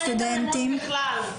אין היתממות בכלל.